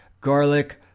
garlic